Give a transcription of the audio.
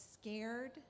scared